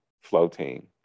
floating